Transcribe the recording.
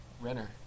Renner